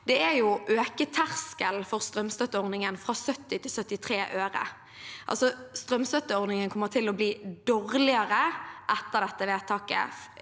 vedta, er å øke terskelen for strømstøtteordningen fra 70 øre til 73 øre. Strømstøtteordningen kommer til å bli dårligere etter dette vedtaket,